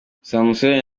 samusoni